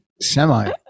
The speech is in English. Semi